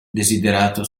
desiderato